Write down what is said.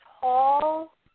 tall